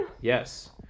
Yes